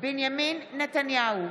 בנימין נתניהו,